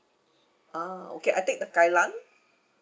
ah okay I take the kai lan